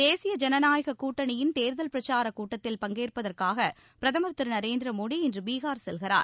தேசிய ஜனநாயக கூட்டணியின் தேர்தல் பிரச்சார கூட்டத்தில் பங்கேற்பதற்காக பிரதமர் திரு நரேந்திர மோடி இன்று பீகார் செல்கிறார்